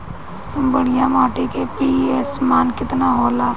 बढ़िया माटी के पी.एच मान केतना होला?